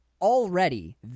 already